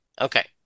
Okay